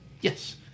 Yes